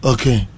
Okay